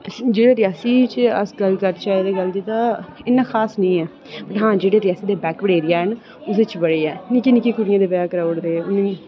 जे रियासी बिच अस गल्ल करचै तां इन्ना खास नेईं ऐहां जेह्ड़े रियासी बैकवर्ड एरिया न ओह्दे च बड़ी ऐ निक्की निक्की कुड़िये दे ब्याह कराई ओड़दे